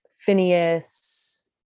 Phineas